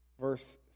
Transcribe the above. Verse